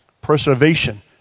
preservation